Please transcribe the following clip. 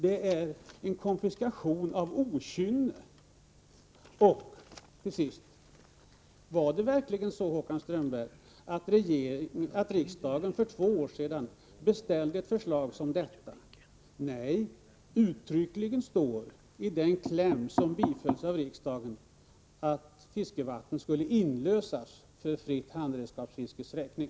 Det är konfiskation av okynne. Till sist: Var det verkligen, Håkan Strömberg, ett förslag som detta riksdagen beställde för två år sedan? Nej! I den kläm som bifölls av riksdagen står det uttryckligen att fiskevatten skulle inlösas för ett fritt handredskapsfiskes räkning.